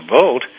vote